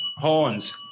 horns